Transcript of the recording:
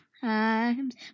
Times